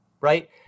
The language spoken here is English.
right